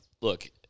look